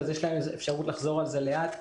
אז יש להם אפשרות לחזור על זה לאט,